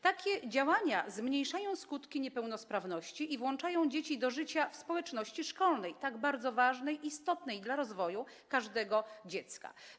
Takie działania zmniejszają skutki niepełnosprawności i włączają dzieci do życia w społeczności szkolnej, tak bardzo ważnej i istotnej dla rozwoju każdego dziecka.